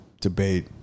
debate